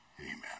Amen